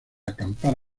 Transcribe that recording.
acampar